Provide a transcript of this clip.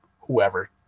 whoever